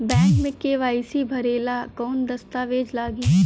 Bank मे KYC भरेला कवन दस्ता वेज लागी?